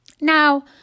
Now